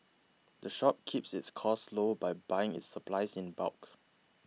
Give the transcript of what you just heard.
the shop keeps its costs low by buying its supplies in bulk